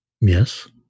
Yes